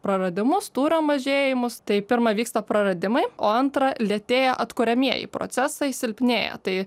praradimus tūrio mažėjimus tai pirma vyksta praradimai o antra lėtėja atkuriamieji procesai silpnėja tai